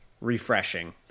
refreshing